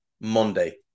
Monday